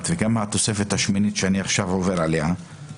וגם התוספת השמינית שאני עכשיו עובר עליה,